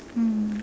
mm